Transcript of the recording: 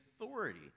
authority